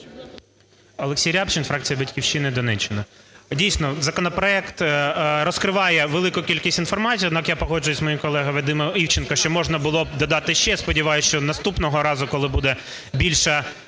Олексій Рябчин, фракція "Батьківщина", Донеччина. Дійсно, законопроект розкриває велику кількість інформації, однак я погоджуюся з моїм колегою Вадимом Івченком, що можна було б додати ще. І сподіваюсь, що наступного разу, коли буде більша